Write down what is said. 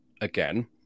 again